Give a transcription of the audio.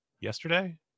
yesterday